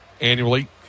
annually